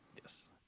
Yes